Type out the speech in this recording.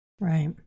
Right